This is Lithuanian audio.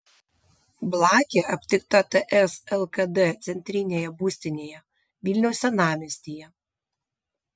blakė aptikta ts lkd centrinėje būstinėje vilniaus senamiestyje